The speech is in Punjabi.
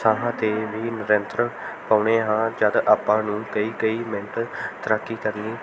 ਸਾਹਾਂ 'ਤੇ ਵੀ ਨਿਯੰਤਰਨ ਪਾਉਂਦੇ ਹਾਂ ਜਦ ਆਪਾਂ ਨੂੰ ਕਈ ਕਈ ਮਿੰਟ ਤੈਰਾਕੀ ਕਰਨੀ